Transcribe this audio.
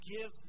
give